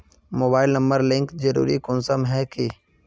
Mobile number link जरुरी कुंसम है की?